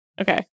Okay